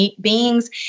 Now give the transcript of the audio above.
beings